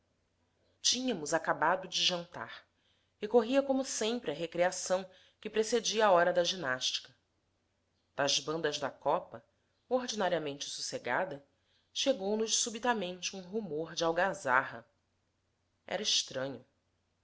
tínhamos acabado de jantar e corria como sempre a recreação que precedia a hora da ginástica das bandas da copa ordinariamente sossegada chegou nos subitamente um rumor de algazarra era estranho